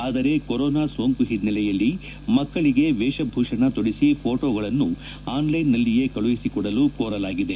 ಆದರೆ ಕೊರೊನಾ ಸೋಂಕು ಹಿನ್ನೆಲೆಯಲ್ಲಿ ಮಕ್ಕಳಿಗೆ ವೇಷಭೂಷಣ ತೊಡಿಸಿ ಫೋಟೋಗಳನ್ನು ಆನ್ಲೈನ್ನಲ್ಲಿಯೇ ಕಳುಹಿಸಿಕೊಡಲು ಕೋರಲಾಗಿದೆ